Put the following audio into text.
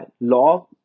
Law